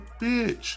bitch